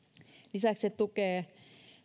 lisäksi se tukee